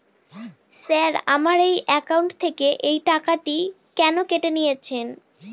Sir আমার account থেকে এই টাকাটি কেন কেটে নিয়েছেন?